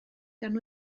gan